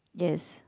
yes